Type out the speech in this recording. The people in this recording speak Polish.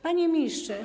Panie Ministrze!